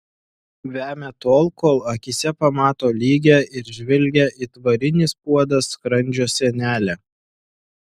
vemia tol kol akyse pamato lygią ir žvilgią it varinis puodas skrandžio sienelę